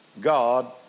God